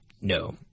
No